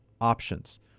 options